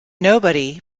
nobody